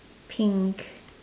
pink